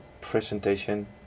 presentation